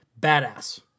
badass